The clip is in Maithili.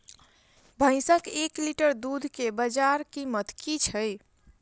भैंसक एक लीटर दुध केँ बजार कीमत की छै?